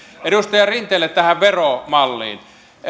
edustaja rinteelle tästä veromallista